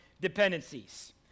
dependencies